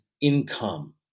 income